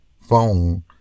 phone